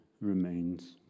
remains